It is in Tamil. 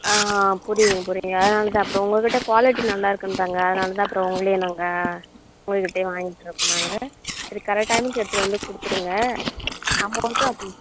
ஆ புரியுதுங்க புரியுதுங்க அதனால தான் அப்புறம் உங்கள்கிட்ட குவாலிட்டி இருக்குண்ட்டாங்க அதனால தான் அப்புறம் உங்களையே நாங்கள் உங்ககிட்டையே வாங்கிட்டு இருக்கோம் நாங்கள் சரி கரக்ட் டைம்க்கு எடுத்துகிட்டு வந்து கொடுத்துருங்க அமௌண்ட் அப்பையே